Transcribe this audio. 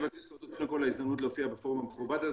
תודה על ההזדמנות להופיע בפורום המכובד הזה,